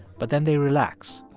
but then they relax.